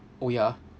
oh ya